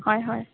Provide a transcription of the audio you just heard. হয় হয়